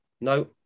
No